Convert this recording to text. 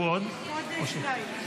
שתיים.